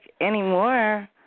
anymore